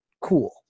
cool